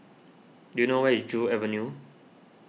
do you know where is Joo Avenue